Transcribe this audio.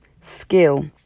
skill